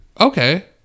okay